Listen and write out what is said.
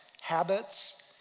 habits